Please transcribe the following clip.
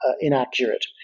inaccurate